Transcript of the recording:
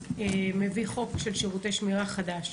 מביא חוק של שירותי שמירה חדש.